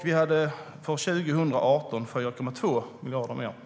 Vi hade från 2018 4,2 miljarder mer.